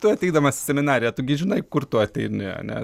tu ateidamas į seminariją tu gi žinai kur tu ateini ane